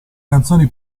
canzoni